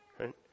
right